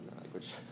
language